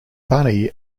bunny